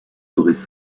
feraient